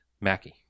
Mackie